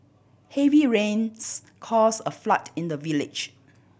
heavy rains cause a flood in the village